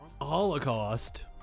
Holocaust